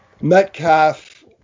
metcalf